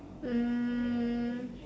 um